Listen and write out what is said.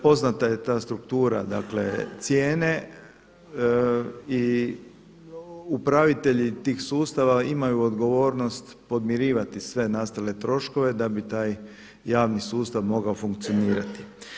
Poznata je ta struktura, dakle cijene i upravitelji tih sustava imaju odgovornost podmirivati sve nastale troškove da bi taj javni sustav mogao funkcionirati.